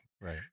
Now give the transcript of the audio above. Right